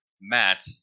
Matt